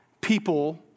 people